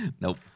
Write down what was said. Nope